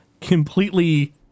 completely